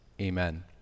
Amen